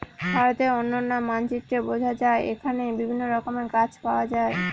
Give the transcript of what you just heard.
ভারতের অনন্য মানচিত্রে বোঝা যায় এখানে বিভিন্ন রকমের গাছ পাওয়া যায়